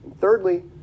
Thirdly